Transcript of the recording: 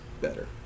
better